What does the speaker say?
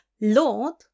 Lord